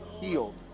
healed